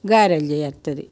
గారెలు జేయత్తది